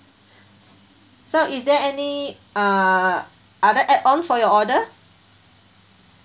so is there any uh other add on for your order